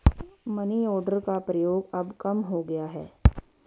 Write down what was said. money order का प्रयोग अब कम हो गया है